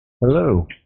Hello